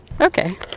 Okay